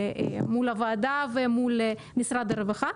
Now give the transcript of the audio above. מול הוועדה ומול משרד הרווחה,